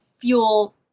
fuel